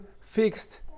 fixed